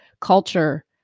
culture